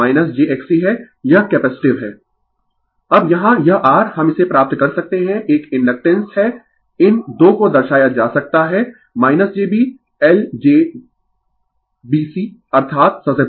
Refer slide Time 2733 अब यहाँ यह R हम इसे प्राप्त कर सकते है एक कंडक्टेंस है इन 2 को दर्शाया जा सकता है jB LjB C अर्थात ससेप्टटेंस